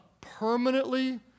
permanently